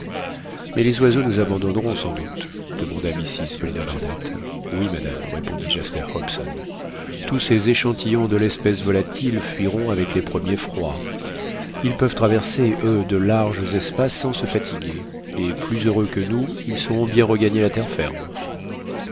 mais les oiseaux nous abandonneront sans doute demanda mrs paulina barnett oui madame répondit jasper hobson tous ces échantillons de l'espèce volatile fuiront avec les premiers froids ils peuvent traverser eux de larges espaces sans se fatiguer et plus heureux que nous ils sauront bien regagner la terre ferme